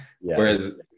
Whereas